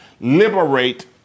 liberate